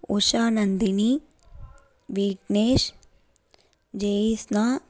Usha Nandini Vignesh Jaisna